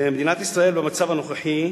במדינת ישראל, במצב הנוכחי,